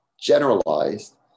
generalized